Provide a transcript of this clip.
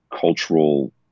cultural